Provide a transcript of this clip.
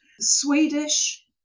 Swedish